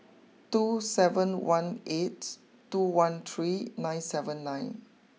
two seven one eight two one three nine seven nine